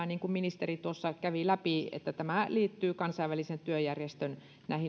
niin kuin ministeri tuossa kävi läpi että tämä liittyy kansainvälisen työjärjestön